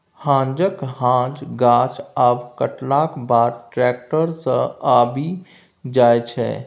हांजक हांज गाछ आब कटलाक बाद टैक्टर सँ आबि जाइ छै